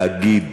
להגיד,